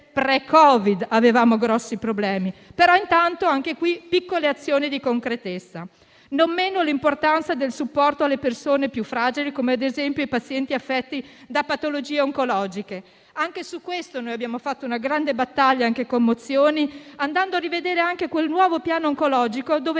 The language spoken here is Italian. pre-Covid, avevamo grossi problemi, però è importante che siano state fatte piccole azioni di concretezza. Non meno importante è il supporto alle persone più fragili, come ad esempio i pazienti affetti da patologie oncologiche: anche su questo abbiamo fatto una grande battaglia, anche con mozioni, andando a rivedere quel nuovo piano oncologico, in cui davvero